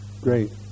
great